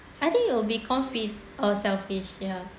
I think it'll be conflict or selfish lah